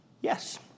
Yes